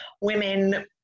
Women